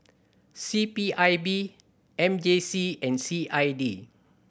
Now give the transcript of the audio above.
C P I B M J C and C I D